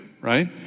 right